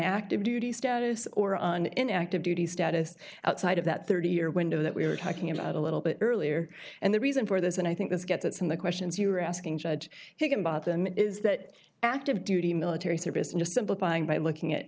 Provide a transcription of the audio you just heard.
active duty status or on an active duty status outside of that thirty year window that we were talking about a little bit earlier and the reason for this and i think this gets in the questions you're asking judge higginbotham is that active duty military service i'm just simplifying by looking at